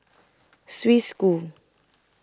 Swiss School